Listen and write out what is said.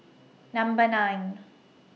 Number nine